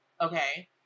okay